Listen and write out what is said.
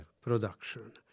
production